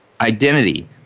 identity